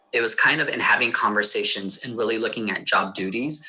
it was kind of in having conversations and really looking at job duties,